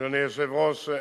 גברתי היושבת-ראש,